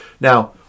Now